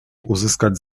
uzyskać